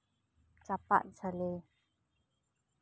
ᱪᱟᱯᱟᱫ ᱡᱷᱟᱹᱞᱤ